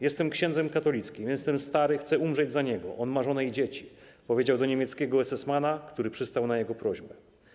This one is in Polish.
Jestem księdzem katolickim, jestem stary, chcę umrzeć za niego, on ma żonę i dzieci - powiedział do niemieckiego esesmana, który przystał na jego prośbę.